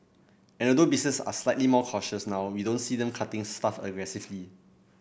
and although businesses are slightly more cautious now we don't see them cutting staff aggressively